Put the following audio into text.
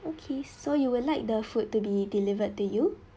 okay so you would like the food to be delivered to you